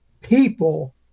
people